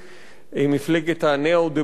מפלגת הניאו-דמוקרטיה,